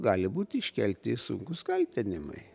gali būti iškelti sunkūs kaltinimai